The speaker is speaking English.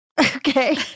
Okay